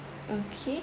okay